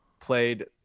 played